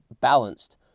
balanced